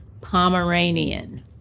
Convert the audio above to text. Pomeranian